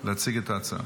להציג את ההצעה.